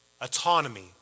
autonomy